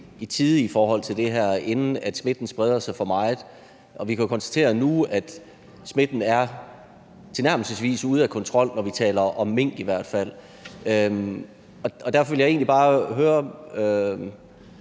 i tide i forhold til det her, inden at smitten spreder sig for meget. Og vi kan jo konstatere nu, at smitten er tilnærmelsesvis ude af kontrol, når vi taler om mink i hvert fald. Derfor vil jeg bare høre